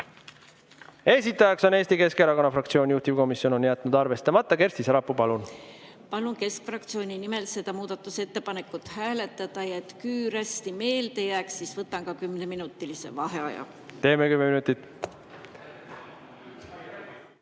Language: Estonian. esitaja on Eesti Keskerakonna fraktsioon, juhtivkomisjon on jätnud arvestamata. Kersti Sarapuu, palun! Palun keskfraktsiooni nimel seda muudatusettepanekut hääletada ja et küür hästi meelde jääks, siis võtan ka kümneminutilise vaheaja. Palun